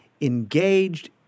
engaged